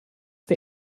der